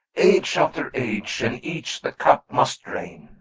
age after age, and each the cup must drain.